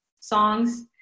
songs